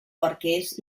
barquers